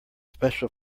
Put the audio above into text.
special